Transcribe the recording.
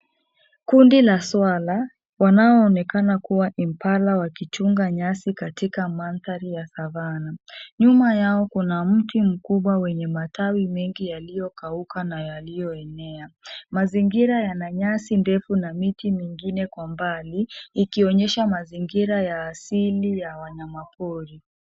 Kundi la swala wanaonekana kuwa imbala wakichunga nyasi katika mandhari ya savana. Nyuma yao kuna mti mkubwa wenye matawi mengi yaliyokauka na yaliyoenea. Mazingira yana nyasi ndefu na miti mingine kwa mbali ikionyesha ya asili ya wanyamapori.